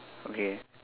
okay